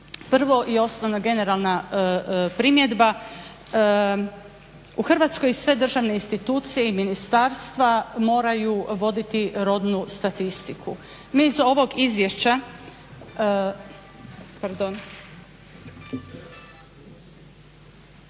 Prva i osnovna, generalna primjedba, u Hrvatskoj sve državne institucije i ministarstva moraju voditi rodnu statistiku. Mi iz ovog izvješća ne